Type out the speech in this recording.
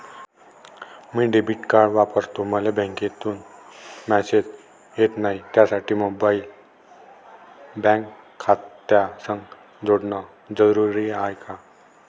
मी debit card वापरतो मले बँकेतून मॅसेज येत नाही, त्यासाठी मोबाईल बँक खात्यासंग जोडनं जरुरी हाय का?